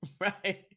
Right